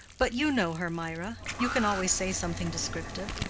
but you know her, mirah you can always say something descriptive.